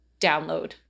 download